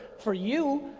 for you,